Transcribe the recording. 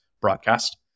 broadcast